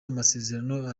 amasezerano